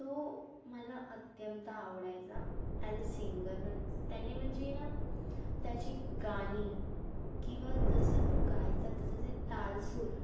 तो मला अत्यंत आवडायचा ॲज अ सिंगर म्हणून त्याने म्हणजे ना त्याची गाणी किंवा जसा तो गायचा त्याचं जे ताल सूर